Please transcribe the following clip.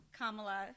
Kamala